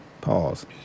Pause